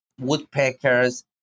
woodpeckers